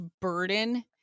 burden